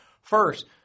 First